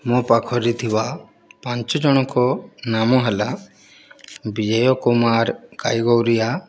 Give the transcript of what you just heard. ମୋ ପାଖରେ ଥିବା ପାଞ୍ଚ ଜଣଙ୍କ ନାମ ହେଲା ବିଜୟ କୁମାର କାଇଗଉରୀଆ